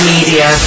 Media